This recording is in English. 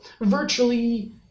Virtually